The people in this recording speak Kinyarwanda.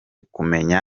kumenya